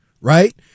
right